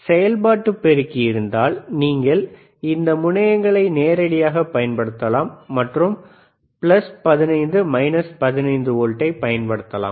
செயல்பாட்டு பெருக்கிகள் இருந்தால் நீங்கள் இந்த முனையங்களை நேரடியாகப் பயன்படுத்தலாம் மற்றும் பிளஸ் 15 மைனஸ் 15 வோல்ட்ஐ பயன்படுத்தலாம்